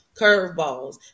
curveballs